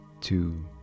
two